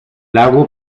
lago